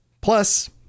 Plus